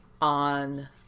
on